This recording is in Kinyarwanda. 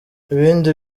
ibindi